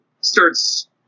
starts